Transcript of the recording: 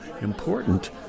important